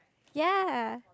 ya